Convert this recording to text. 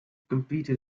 competed